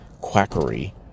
quackery